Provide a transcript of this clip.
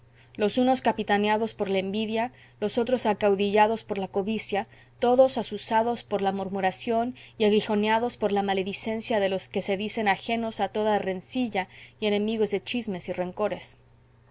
los unos capitaneados por la envidia los otros acaudillados por la codicia todos azuzados por la murmuración y aguijoneados por la maledicencia de los que se dicen ajenos a toda rencilla y enemigos de chismes y rencores